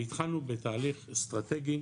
והתחלנו בתהליך אסטרטגי